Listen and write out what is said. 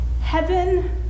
heaven